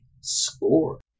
score